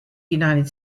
united